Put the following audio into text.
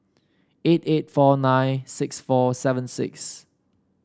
eight eight four nine six four seven six